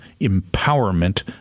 Empowerment